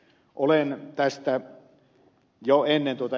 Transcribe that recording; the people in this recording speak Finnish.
olen tästä jo ennen ed